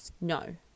no